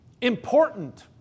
important